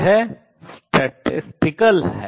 यह सांख्यिकीय है